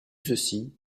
ceci